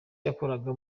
yakoraga